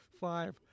five